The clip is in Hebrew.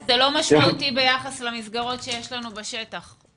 זה לא משמעותי ביחס למסגרות שיש לנו בשטח.